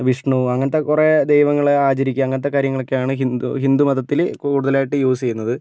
വിഷ്ണു അങ്ങനത്തെ കുറെ ദൈവങ്ങളെ ആചരിക്കുക അങ്ങനത്തെ കാര്യങ്ങളൊക്കെയാണ് ഹിന്ദു ഹിന്ദു മതത്തിൽ കൂടുതലായിട്ട് യൂസേയ്യുന്നത്